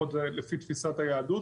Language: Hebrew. לפחות לפי תפיסת היהדות.